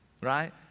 Right